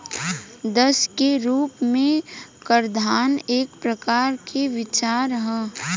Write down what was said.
दास के रूप में कराधान एक प्रकार के विचार ह